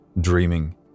dreaming